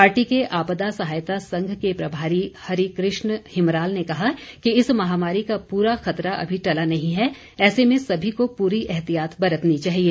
party के आपदा सहायता संघ के प्रभारी हरिकृष्ण हिमराल ने कहा कि इस महामारी का प्ररा खतरा अभी टला नहीं है ऐसे में सभी को पूरी ऐतिहायत बर्तनी चाहिए